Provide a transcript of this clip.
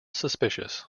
suspicious